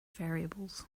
variables